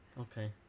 Okay